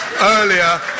earlier